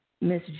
Miss